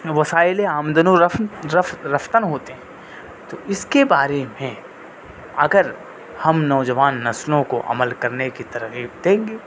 وسائل آمدن و رفتن ہوتے ہیں تو اس کے بارے میں اگر ہم نوجوان نسلوں کو عمل کرنے کی ترغیب دیں گے